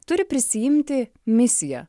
turi prisiimti misiją